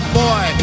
boy